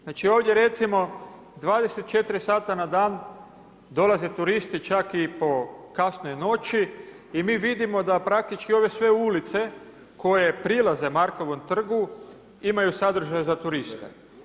Znači, ovdje recimo, 24 sata na dan dolaze turisti, čak i po kasnoj noći i mi vidimo da praktički ove sve ulice koje prilaze Markovom trgu imaju sadržaj za turiste.